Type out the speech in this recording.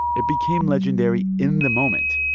it became legendary in the moment.